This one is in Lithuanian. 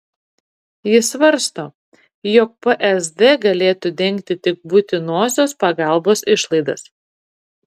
ji svarsto jog psd galėtų dengti tik būtinosios pagalbos išlaidas